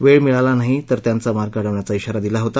वेळ मिळाला नाही तर त्यांचा मार्ग अडवण्याचा आरा दिला होता